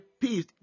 peace